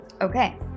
Okay